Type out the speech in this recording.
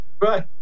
Right